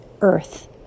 earth